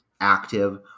active